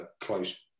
close